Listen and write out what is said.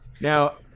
Now